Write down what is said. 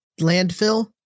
landfill